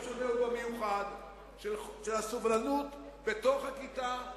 של הסובלנות בתוך הכיתה,